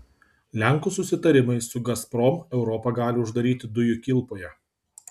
lenkų susitarimai su gazprom europą gali uždaryti dujų kilpoje